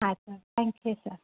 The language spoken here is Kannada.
ಆಯ್ತು ಸ ತ್ಯಾಂಕ್ ಯು ಸರ್